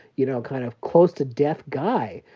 you know, kind of close-to-death guy.